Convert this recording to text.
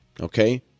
okay